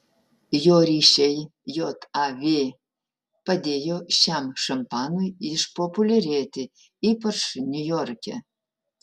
jo ryšiai jav padėjo šiam šampanui išpopuliarėti ypač niujorke